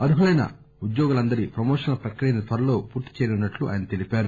అర్హులైన ఉద్యోగులందరి ప్రమోషన్ల ప్రక్రియను త్వరలో పూర్తి చేయనున్నట్లు ఆయన తెలిపారు